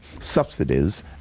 subsidies